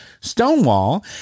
Stonewall